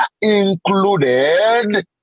included